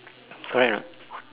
correct or not